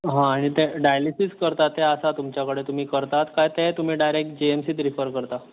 हय आनी डायलेसिस करता ते आसा तुमच्या कडेन तुमी करतात काय तेय तुमी डायरेक्ट जीएमसीत रिफर करता